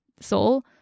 Soul